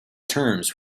terms